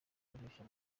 bukoreshwa